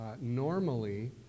Normally